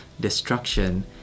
destruction